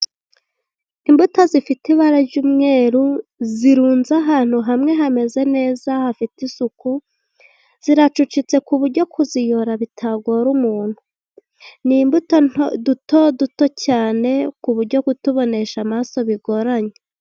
Imbuto zifite ibara ry'umweru zirunze ahantu hamwe hameze neza hafite isuku, ziracucitse ku buryo kuziyora bitagora umuntu, ni imbuto duto duto cyane ku buryo kutubonesha amaso bigoranye.